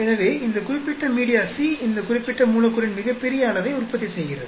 எனவே இந்த குறிப்பிட்ட மீடியா C இந்த குறிப்பிட்ட மூலக்கூறின் மிகப்பெரிய அளவை உற்பத்தி செய்கிறது